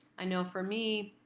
i know for me,